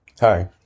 Hi